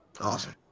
Awesome